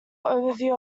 overview